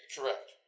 Correct